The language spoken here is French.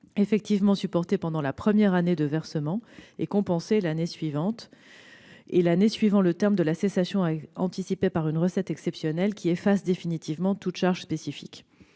effectivement supportée pendant la première année de versement est compensée l'année suivant le terme de la cessation anticipée par une recette exceptionnelle, effaçant définitivement toute charge spécifique.